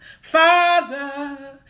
Father